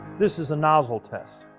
this is a nozzle test.